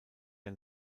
der